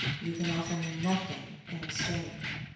you can offer me nothing in exchange